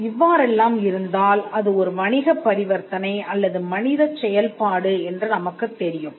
இவ்வாறெல்லாம் இருந்தால் அது ஒரு வணிகப் பரிவர்த்தனை அல்லது மனிதச் செயல்பாடு என்று நமக்குத் தெரியும்